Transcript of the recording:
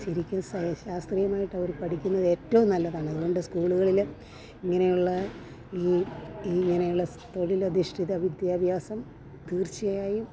ശരിക്കും ശാസ്ത്രീയമായിട്ടവർ പഠിക്കുന്നതേറ്റോം നല്ലതാണ് അതുകൊണ്ട് സ്കൂളുകളിൽ ഇങ്ങനെയുള്ള ഈ ഇങ്ങനെയുള്ള തൊഴിലധിഷ്ഠിത വിദ്യാഭ്യാസം തീർച്ചയായും